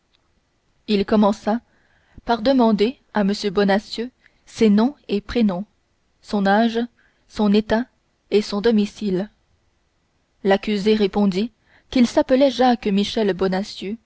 il commença par demander à m bonacieux ses nom et prénoms son âge son état et son domicile l'accusé répondit qu'il s'appelait jacques michel